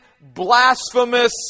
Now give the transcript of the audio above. blasphemous